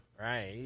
right